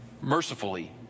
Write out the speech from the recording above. mercifully